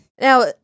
Now